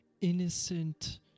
innocent